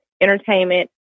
entertainment